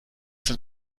sind